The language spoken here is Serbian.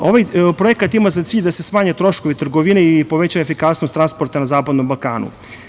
Ovaj projekat ima za cilj da se smanje troškovi trgovine i poveća efikasnost transporta na Zapadnom Balkanu.